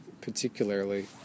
particularly